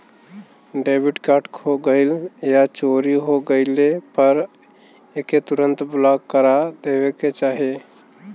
debit card खो गइल या चोरी हो गइले पर एके तुरंत ब्लॉक करा देवे के चाही